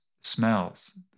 smells